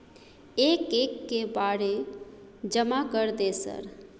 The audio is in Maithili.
एक एक के बारे जमा कर दे सर?